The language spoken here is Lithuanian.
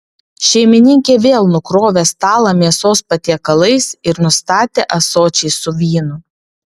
šeimininkė vėl nukrovė stalą mėsos patiekalais ir nustatė ąsočiais su vynu